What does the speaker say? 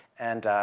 and